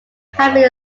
having